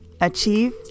achieve